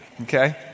Okay